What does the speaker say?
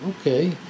okay